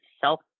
self